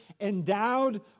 endowed